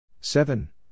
seven